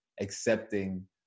accepting